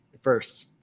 First